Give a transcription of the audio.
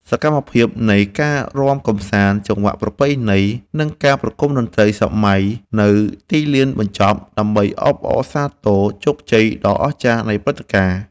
សកម្មភាពនៃការរាំកម្សាន្តចង្វាក់ប្រពៃណី និងការប្រគំតន្ត្រីសម័យនៅទីលានបញ្ចប់ ដើម្បីអបអរសាទរជោគជ័យដ៏អស្ចារ្យនៃព្រឹត្តិការណ៍។